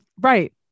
Right